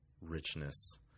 richness